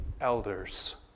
elders